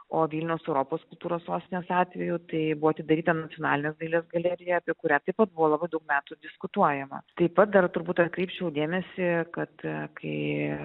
o vilniaus europos kultūros sostinės atveju tai buvo atidaryta nacionalinės dailės galerija apie kurią taip pat buvo labai daug metų diskutuojama taip pat dar turbūt atkreipčiau dėmesį kad kai